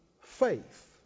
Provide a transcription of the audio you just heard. faith